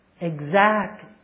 exact